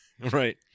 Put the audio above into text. Right